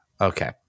Okay